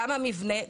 המבנה,